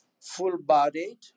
full-bodied